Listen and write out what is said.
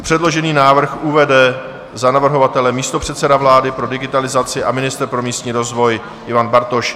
Předložený návrh uvede za navrhovatele místopředseda vlády pro digitalizaci a ministr pro místní rozvoj Ivan Bartoš.